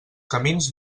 camins